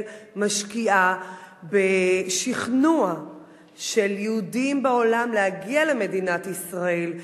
משקיעה בשכנוע של יהודים בעולם להגיע למדינת ישראל.